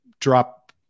drop